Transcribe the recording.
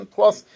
Plus